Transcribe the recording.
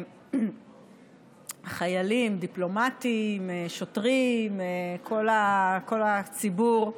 חיילים, דיפלומטים, שוטרים, כל הציבור,